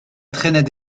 traînait